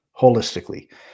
holistically